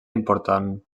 important